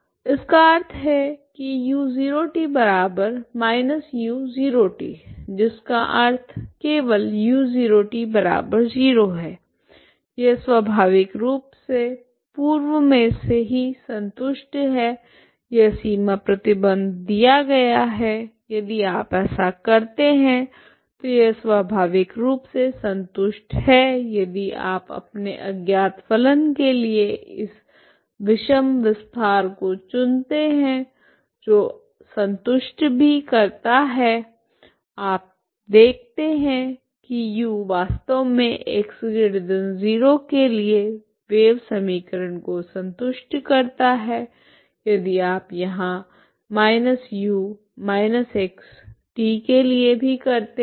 इसका अर्थ है कि u0t−u0t जिसका अर्थ केवल u0t 0 है यह स्वाभाविक रूप से पूर्व मे से ही संतुष्ट है यह सीमा प्रतिबंध दिया गया है यदि आप ऐसा करते हैं तो यह स्वाभाविक रूप से संतुष्ट है यदि आप अपने अज्ञात फलन के लिए इस विषम विस्तार को चुनते हैं जो संतुष्ट भी करता है तथा आप देखते हैं कि U वास्तव में x0 के लिए वेव समीकरण को संतुष्ट करता है यदि आप यहां −u−x t के लिए भी करते हैं